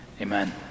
Amen